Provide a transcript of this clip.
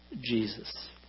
Jesus